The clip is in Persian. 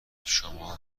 شما